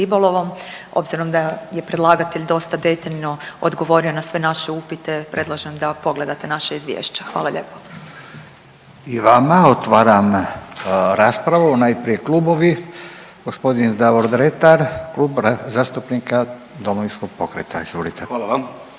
obzirom da je predlagatelj dosta detaljno odgovorio na sve naše upite, predlažem da pogledate naša izvješća. Hvala lijepo. **Radin, Furio (Nezavisni)** I vama. Otvaram raspravu. Najprije klubovi. G. Davor Dretar, Klub zastupnika Domovinskog pokreta, izvolite.